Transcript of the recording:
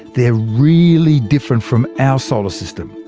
they're really different from our solar system.